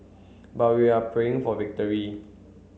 but we are praying for victory